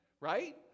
right